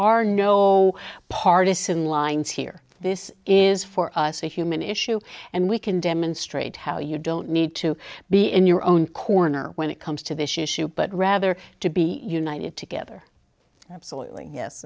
are no partisan lines here this is for us a human issue and we can demonstrate how you don't need to be in your own corner when it comes to this issue but rather to be united together absolutely yes